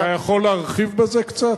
אתה יכול להרחיב בזה קצת?